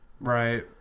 Right